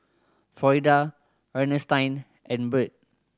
Florida Ernestine and Bird